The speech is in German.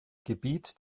gebiet